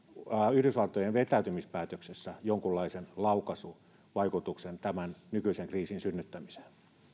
yhdysvaltojen vetäytymispäätöksessä jonkunlaisen laukaisuvaikutuksen tämän nykyisen kriisin synnyttämiseen